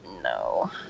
No